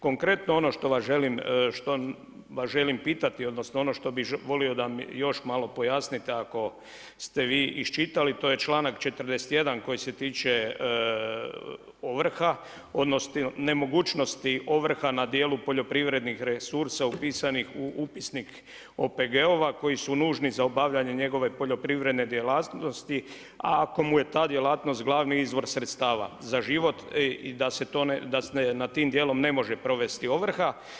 Konkretno ono što vas želim, što vas želim pitati odnosno ono što bi volio da mi još malo pojasnite ako ste vi iščitali to je čanak 41. koji se tiče ovrha, odnosno nemogućnosti ovrha na djelu poljoprivrednih resursa upisanih u upisnik OPG-ova koji su nužni za obavljanje njegove poljoprivredne djelatnosti a ako mu je ta djelatnost glavni izvor sredstava za život da se nad tim dijelom ne može provesti ovrha.